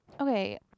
okay